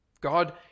God